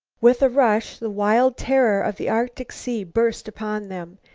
with a rush the wild terror of the arctic sea burst upon them.